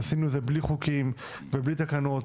עשינו את זה בלי חוקים ובלי תקנות,